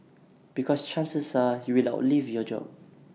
because chances are you will outlive your job